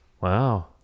Wow